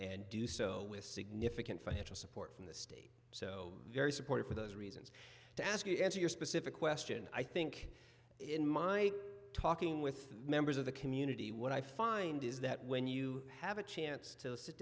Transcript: and do so with significant financial support from the state so very supportive for those reasons to ask you to answer your specific question i think in my talking with members of the community what i find is that when you have a chance to sit